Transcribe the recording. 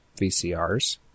VCRs